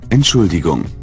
Entschuldigung